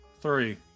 three